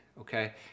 okay